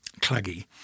claggy